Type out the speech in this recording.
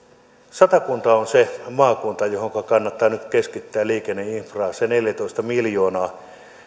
satakunta on se maakunta johonka kannattaa nyt keskittää liikenneinfraa se neljätoista miljoonaa